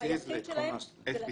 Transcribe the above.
היחיד שלהן הוא --- שירותי תשתית.